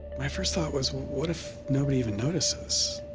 my first thought was what if nobody even notices.